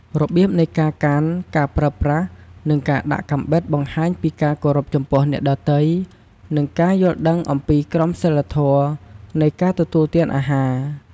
របៀបនៃការកាន់ ការប្រើប្រាស់ និងការដាក់កាំបិតបង្ហាញពីការគោរពចំពោះអ្នកដទៃ និងការយល់ដឹងអំពីក្រមសីលធម៌នៃការទទួលទានអាហារ។